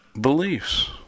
beliefs